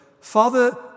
Father